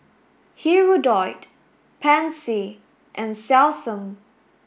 Hirudoid Pansy and Selsun